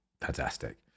fantastic